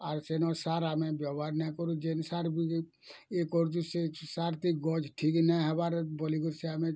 ଆର୍ ସେନୁ ସାର୍ ଆମେ ବ୍ୟବହାର ନାଇ କରୁ ଯେନ୍ ସାର୍ ବି ଇଏ କରୁଛୁ ସେ ସାର୍ କେ ଗଛ୍ ଠିକ୍ ନା ହେବାର୍ ବୋଲି କରି ଆମେ